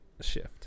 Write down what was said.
Shift